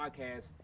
Podcast